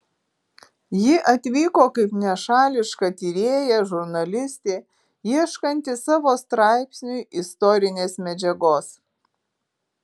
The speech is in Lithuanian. ji atvyko kaip nešališka tyrėja žurnalistė ieškanti savo straipsniui istorinės medžiagos